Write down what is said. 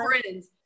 friends